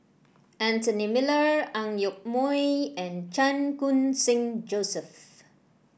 Anthony Miller Ang Yoke Mooi and Chan Khun Sing Joseph